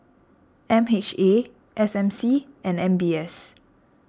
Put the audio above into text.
M H A S M C and M B S